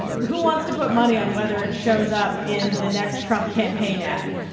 who wants to put money on whether it shows up in the next trump campaign ad?